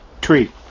Tree